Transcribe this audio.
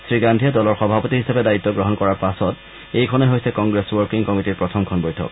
শ্ৰীগান্ধীয়ে দলৰ সভাপতি হিচাপে দায়িত্ব গ্ৰহণ কৰাৰ পাছত এইখনেই হৈছে কংগ্ৰেছ ৱৰ্কিং কমিটীৰ প্ৰথমখন বৈঠক